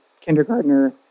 kindergartner